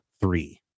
three